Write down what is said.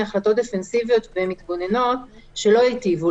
החלטות דפנסיביות ומתגוננות שלא יטיבו,